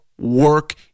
work